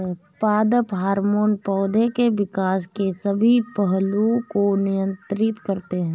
पादप हार्मोन पौधे के विकास के सभी पहलुओं को नियंत्रित करते हैं